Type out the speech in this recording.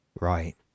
Right